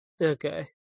Okay